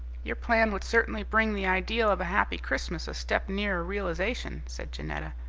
your plan would certainly bring the ideal of a happy christmas a step nearer realisation, said janetta.